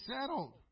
settled